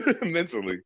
mentally